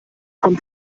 kommt